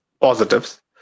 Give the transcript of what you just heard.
positives